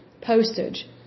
postage